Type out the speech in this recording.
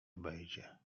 obejdzie